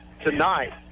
tonight